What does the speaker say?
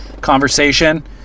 conversation